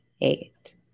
eight